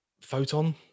Photon